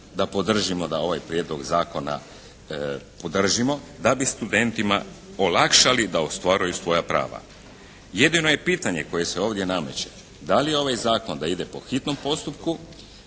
da podržimo da ovaj prijedlog zakona podržimo da bi studentima olakšali da ostvaruju svoja prava. Jedino je pitanje koje se ovdje nameće, da li ovaj zakon da ide po hitnom postupku